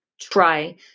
try